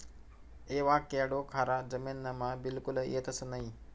avocado खारा जमीनमा बिलकुल येतंस नयी